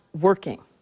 working